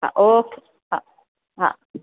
હા ઓકે હા હા